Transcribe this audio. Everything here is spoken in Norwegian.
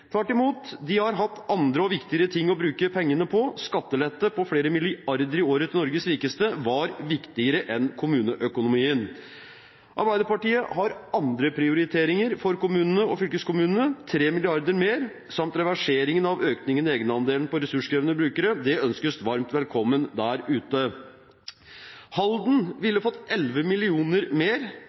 Tvert imot: De har hatt andre og viktigere ting å bruke pengene på. Skattelette på flere milliarder i året til Norges rikeste var viktigere enn kommuneøkonomien. Arbeiderpartiet har andre prioriteringer for kommunene og fylkeskommunene: 3 mrd. kr mer samt reverseringen av økningen i egenandelen for ressurskrevende brukere. Det ønskes varmt velkommen der ute. Halden ville fått 11 mill. kr mer, Eidsberg ville fått nesten 4,5 mill. kr mer,